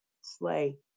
slay